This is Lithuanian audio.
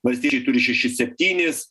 valstiečiai turi šešis septynis